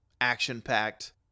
action-packed